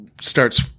starts